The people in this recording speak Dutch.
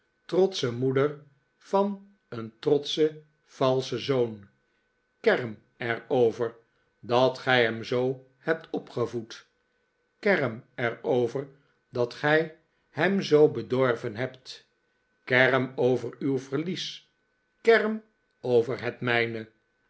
trotsche moeder van een trotschen valschen zoon kerm er over dat gij hem zoo hebt opgevoed kerm er over dat gij hem zoo bedorven hebt kerm over uw verlies kerm over het mijne